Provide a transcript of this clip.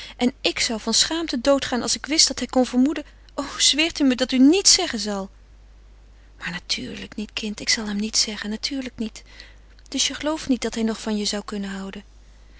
en ik zou van schaamte dood gaan als ik wist dat hij kon vermoeden o zweert u me dat u niets zeggen zal maar natuurlijk niet kind ik zal hem niets zeggen natuurlijk niet dus je gelooft niet dat hij nog van je zou kunnen houden